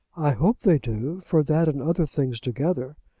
i hope they do for that and other things together.